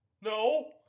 No